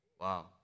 Wow